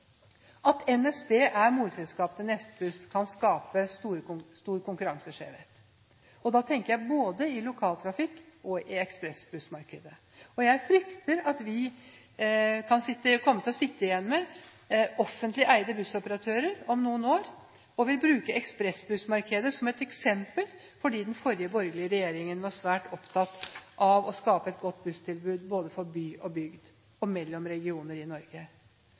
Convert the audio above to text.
At NSB er morselskapet til Nettbuss, kan skape stor konkurranseskjevhet. Da tenker jeg både i lokaltrafikkmarkedet og i ekspressbussmarkedet. Jeg frykter at vi kan komme til å sitte igjen med offentlig eide bussoperatører om noen år, og vil bruke ekspressbussmarkedet som et eksempel, fordi den forrige borgerlige regjeringen var svært opptatt av å skape et godt busstilbud både for by og bygd og mellom regioner i Norge.